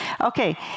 Okay